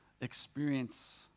experience